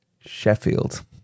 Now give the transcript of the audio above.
Sheffield